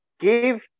give